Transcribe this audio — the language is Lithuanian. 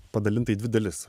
padalinta į dvi dalis